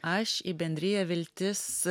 aš į bendriją viltis